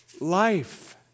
life